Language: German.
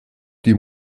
die